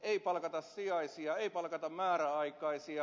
ei palkata sijaisia ei palkata määräaikaisia